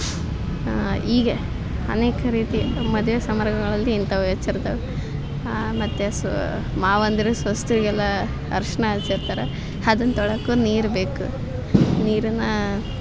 ಹೀಗೆ ಅನೇಕ ರೀತಿ ಮದುವೆ ಸಮಾರಂಭಗಳಲ್ಲಿ ಇಂಥವು ಹೆಚ್ಚಿರ್ತವೆ ಮತ್ತು ಸೊ ಮಾವಂದಿರು ಸೊಸ್ತಿಗೆಲ್ಲ ಅರ್ಶಿಣ ಹಚ್ಚಿರ್ತಾರೆ ಅದನ್ ತೊಳ್ಯಕ್ಕೂ ನೀರು ಬೇಕು ನೀರನ್ನ